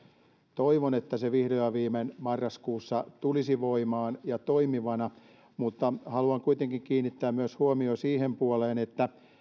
toivon että se vihdoin ja viimein marraskuussa tulisi voimaan ja toimivana mutta haluan kuitenkin kiinnittää huomion myös siihen puoleen että